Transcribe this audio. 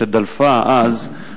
שדלפה אז,